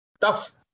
tough